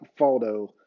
Faldo